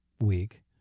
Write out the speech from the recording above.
Week